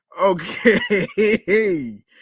Okay